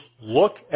look